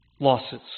losses